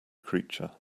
creature